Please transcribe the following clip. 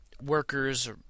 Workers